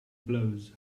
blows